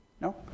No